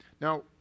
Now